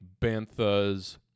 Bantha's